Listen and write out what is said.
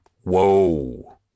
Whoa